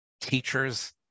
teachers